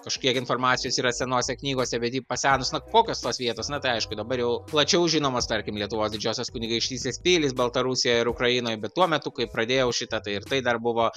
kažkiek informacijos yra senose knygose bet ji pasenus na kokios tos vietos na tai aišku dabar jau plačiau žinomos tarkim lietuvos didžiosios kunigaikštystės pilys baltarusijoj ar ukrainoj bet tuo metu kai pradėjau šitą tai ir tai dar buvo